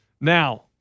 Now